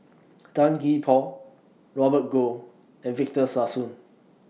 Tan Gee Paw Robert Goh and Victor Sassoon